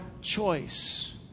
choice